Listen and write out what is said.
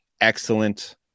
excellent